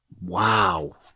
Wow